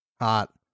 Hot